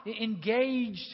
engaged